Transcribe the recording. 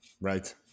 right